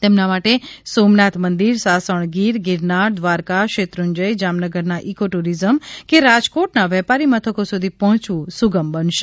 તેમના માટે સોમનાથ મંદિર સાસણગીર ગીરનાર દ્વારકા શેત્રુંજય જામનગરના ઇકો ટુરીઝમ કે રાજકોટના વેપારી મથકો સુધી પહોયવું સુગમ બનશે